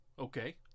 Okay